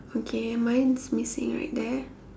okay mine's missing right there